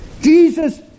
Jesus